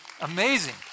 Amazing